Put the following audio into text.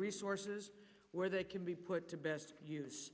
resources where they can be put to best use